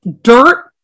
dirt